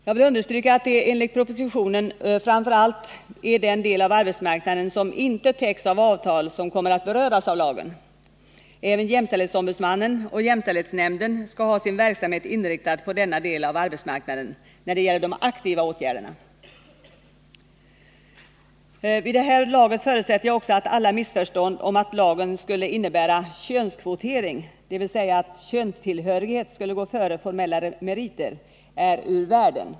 Jag vill understryka att det enligt propositionen framför allt är den del av Nr 51 arbetsmarknaden som inte täcks av avtal som kommer att beröra 13 december 1979 verksamhet inriktad på denna del av arbetsmarknaden när det gäller de Vid det här laget förutsätter jag att alla missförstånd om att lagen skulle innebära könskvotering — dvs. att könstillhörighet skulle gå före formella meriter — är ur världen.